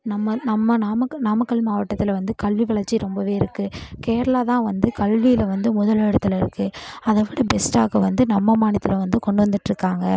நம்ம நம்ம நாமக்கல் நாமக்கல் மாவட்டத்தில் வந்து கல்வி வளர்ச்சி ரொம்பவே இருக்கு கேரளா தான் வந்து கல்வியில வந்து முதலிடத்துல இருக்கு அதை விட பெஸ்ட்டாக வந்து நம்ம மாநிலத்தில் வந்து கொண்டு வந்துகிட்டு இருக்காங்க